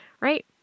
right